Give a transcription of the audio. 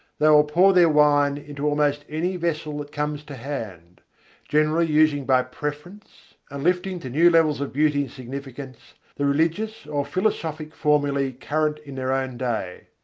they will pour their wine into almost any vessel that comes to hand generally using by preference and lifting to new levels of beauty and significance the religious or philosophic formulae current in their own day.